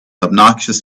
obnoxious